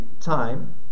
time